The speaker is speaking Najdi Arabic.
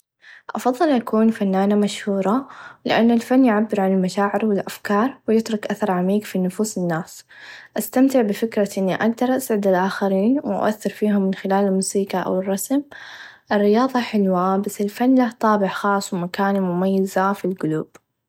أفظل أكون فنانه مشهوره لأن الفن يعبر عن المشاعر و الأفكار و يترك أثر عميق في نفوس الناس أستمتع بفكره إني أقدر أسعد الآخرين و أثر فيهم من خلال الموسيقى أو الرسم الرياظه حلوه بس الفن لاه طابع خاص و مكانه مميزه و في القلوب.